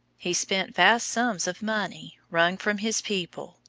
he spent vast sums of money, wrung from his people,